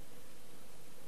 זה שיש משבר,